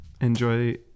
enjoy